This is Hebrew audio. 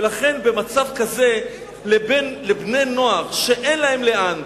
ולכן במצב כזה לבני נוער שאין להם לאן,